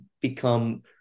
become